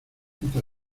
quita